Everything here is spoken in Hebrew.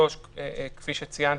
זה בתקש"ח?